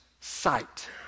sight